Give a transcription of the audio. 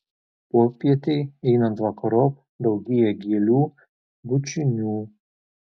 popietei einant vakarop daugėja gėlių bučinių